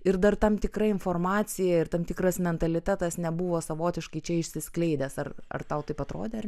ir dar tam tikra informacija ir tam tikras mentalitetas nebuvo savotiškai čia išsiskleidęs ar ar tau taip atrodė ar